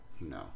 no